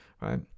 right